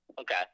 Okay